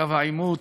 בקו העימות.